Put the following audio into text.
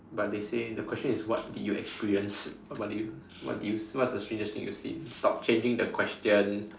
but they say the question is what did you experienced what did you what did you what is the strangest thing you seen stop changing the question